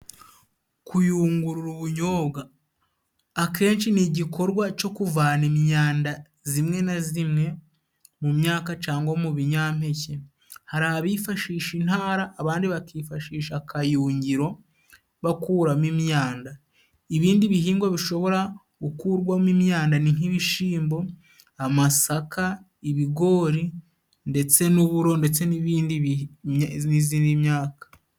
Kuyungurura ubunyobwa akenshi ni igikorwa co kuvana imyanda zimwe na zimwe mu myaka cangwa mu binyampeke, hari abifashisha intara abandi bakifashisha akayungiro bakuramo imyanda. Ibindi bihingwa bishobora gukurwamo imyanda ni nk'ibishimbo, amasaka, ibigori ndetse n'uburo ndetse n'ibindi n'izindi myaka.